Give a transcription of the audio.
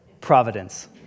Providence